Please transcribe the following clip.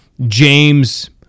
James